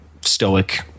stoic